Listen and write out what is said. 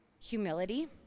humility